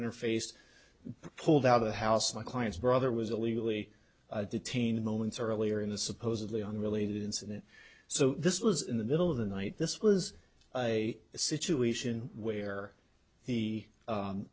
interface pulled out of the house my client's brother was illegally detained moments earlier in the supposedly unrelated incident so this was in the middle of the night this was a situation where the